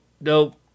Nope